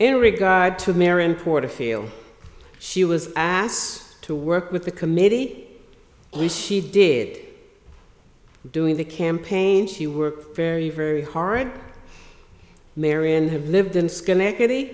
in regard to marian porterfield she was asked to work with the committee which she did during the campaign she worked very very horrid marian have lived in schenectady